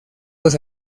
los